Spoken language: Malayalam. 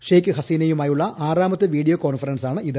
ഷെയ്ക് ഹസീനയുമായുള്ള ആറാമത്തെ വീഡിയോ കോൺഫറൻസാണിത്